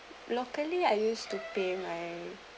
locally I use to pay my